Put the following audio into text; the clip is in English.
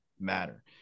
matter